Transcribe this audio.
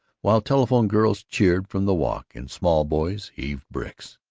while telephone girls cheered from the walk, and small boys heaved bricks.